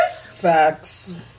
Facts